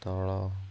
ତଳ